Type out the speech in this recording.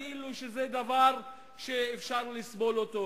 כאילו שזה דבר שאפשר לסבול אותו,